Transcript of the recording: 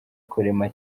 kurema